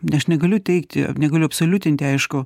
aš negaliu teigti negaliu absoliutinti aišku